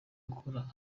akora